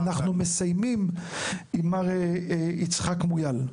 ואנחנו מסיימים עם מר יצחק מויאל.